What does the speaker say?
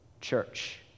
church